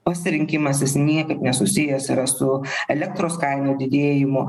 pasirinkimas jis niekaip nesusijęs yra su elektros kainų didėjimo